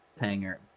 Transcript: hanger